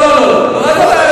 לא, לא.